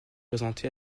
présentée